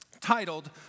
titled